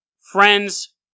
Friends